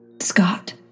Scott